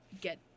get